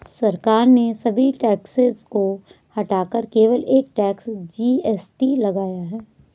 सरकार ने सभी टैक्सेस को हटाकर केवल एक टैक्स, जी.एस.टी लगाया है